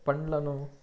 పండ్లను